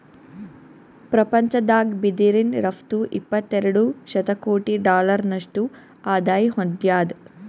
ಪ್ರಪಂಚದಾಗ್ ಬಿದಿರಿನ್ ರಫ್ತು ಎಪ್ಪತ್ತೆರಡು ಶತಕೋಟಿ ಡಾಲರ್ನಷ್ಟು ಆದಾಯ್ ಹೊಂದ್ಯಾದ್